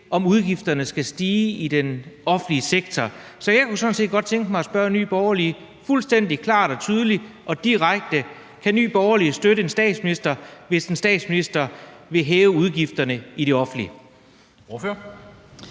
om udgifterne skal stige i den offentlige sektor. Jeg kunne sådan set godt tænke mig fuldstændig klart og tydeligt og direkte at spørge Nye Borgerlige: Kan Nye Borgerlige støtte en statsminister, hvis den statsminister vil hæve udgifterne i den offentlige